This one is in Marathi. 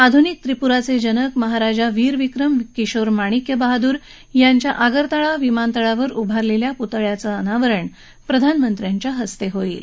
आधुनिक त्रिपुराचे जनक महाराजा वीर विक्रम किशोर माणिक्य बहादुर यांच्या आगरताळा विमानतळावर उभारलेल्या पुतळ्याचं अनावरण प्रधानमंत्र्यांच्या हस्ते होईल